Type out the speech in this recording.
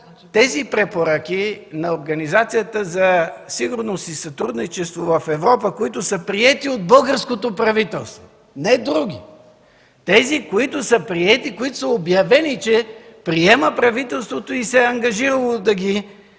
тези препоръки на Организацията за сигурност и сътрудничество в Европа, които са приети от българското правителство. Не други, а тези, които са обявени, че правителството приема и се е ангажирало да ги